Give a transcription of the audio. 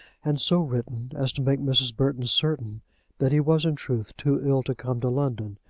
and so written as to make mrs. burton certain that he was in truth too ill to come to london,